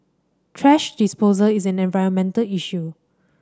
thrash disposal is an environmental issue